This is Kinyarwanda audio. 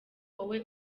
wowe